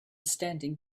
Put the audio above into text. standing